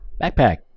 Backpack